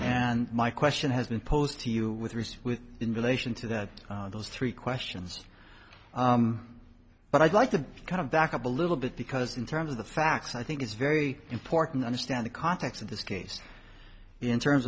and my question has been posed to you with research with in relation to that those three questions but i'd like to kind of back up a little bit because in terms of the facts i think it's very important understand the context of this case in terms